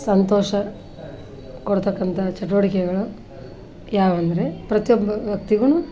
ಸಂತೋಷ ಕೊಡ್ತಕ್ಕಂಥ ಚಟುವಟಿಕೆಗಳು ಯಾವೆಂದ್ರೆ ಪ್ರತಿಯೊಬ್ಬ ವ್ಯಕ್ತಿಗೂನೂ